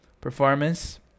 performance